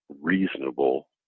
reasonable